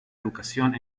educación